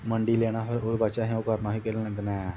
मंडी लैना फिर ओह्दे बाद केह् करना असें कि